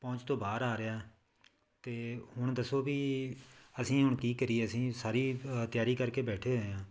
ਪਹੁੰਚ ਤੋਂ ਬਾਹਰ ਆ ਰਿਹਾ ਅਤੇ ਹੁਣ ਦੱਸੋ ਵੀ ਅਸੀਂ ਹੁਣ ਕੀ ਕਰੀਏ ਅਸੀਂ ਸਾਰੀ ਤਿਆਰੀ ਕਰਕੇ ਬੈਠੇ ਹੋਏ ਹਾਂ